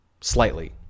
slightly